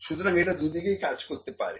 সুতরাং এটা দুদিকেই কাজ করতে পারে